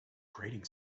grating